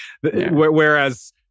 Whereas